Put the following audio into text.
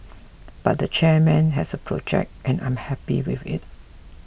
but the chairman has a project and I am happy with it